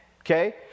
Okay